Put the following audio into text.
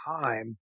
time